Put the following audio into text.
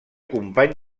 company